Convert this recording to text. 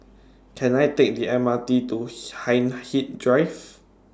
Can I Take The M R T to Hindhede Drive